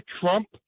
Trump